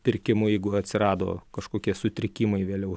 pirkimu jeigu atsirado kažkokie sutrikimai vėliau